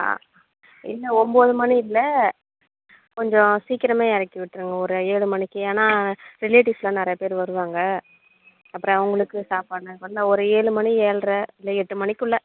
ஆ இல்லை ஒம்பது மணி இல்லை கொஞ்ச சிக்கிரமே இறக்கி விட்டுருங்க ஒரு ஏழு மணிக்கு ஏன்னா ரிலேவ்ட்டீஸ்லாம் நிறைய பேர் வருவாங்க அப்புறோ அவங்களுக்கு சாப்பாடுலாம் இப்பாடுலாம் ஒரு ஏழு மணி ஏழ்ரை இல்லை எட்டு மன்னிக்குள்ளே